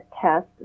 test